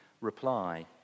reply